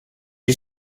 you